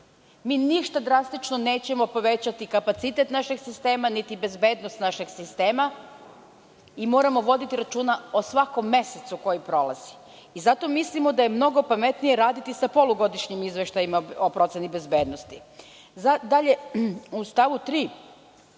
ništa drastično nećemo povećati kapacitet našeg sistema, niti bezbednost našeg sistema i moramo voditi računa o svakom mesecu koji prolazi. Zato mislimo da je mnogo pametnije raditi sa polugodišnjim izveštajima o proceni bezbednosti. Dalje, u stavu 3.